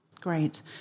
great